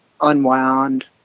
Unwound